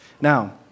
Now